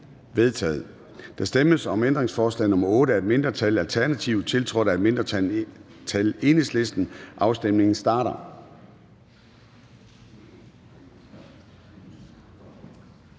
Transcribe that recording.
vedtaget. Der stemmes om ændringsforslag nr. 8 af et mindretal (ALT), tiltrådt af et mindretal (EL). Afstemningen starter.